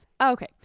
Okay